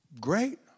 Great